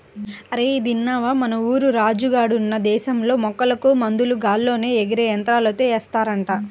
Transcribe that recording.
అరేయ్ ఇదిన్నవా, మన ఊరు రాజు గాడున్న దేశంలో మొక్కలకు మందు గాల్లో ఎగిరే యంత్రంతో ఏస్తారంట